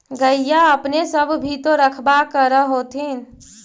गईया अपने सब भी तो रखबा कर होत्थिन?